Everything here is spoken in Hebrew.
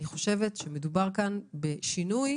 אני חושבת שמדובר כאן בשינוי